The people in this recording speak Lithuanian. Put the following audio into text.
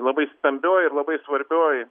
labai stambioj ir labai svarbioj